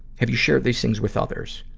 have you shared these things with others?